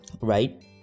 Right